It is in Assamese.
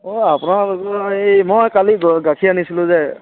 অঁ আপোনালোকৰ অঁ মই কালি গাখীৰ আনিছিলোঁ যে